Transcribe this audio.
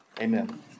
Amen